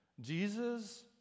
jesus